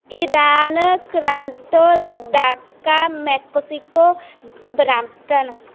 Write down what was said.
Iran Toronto Dhaka Mexico Brampton